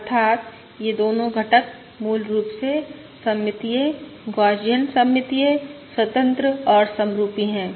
अर्थात् यह दोनों घटक मूल रूप से सममितीय गौसियन सममितीय स्वतंत्र और समरुपी हैं